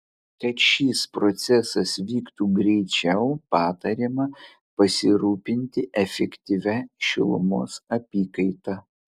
kad šis procesas vyktų greičiau patariama pasirūpinti efektyvia šilumos apykaita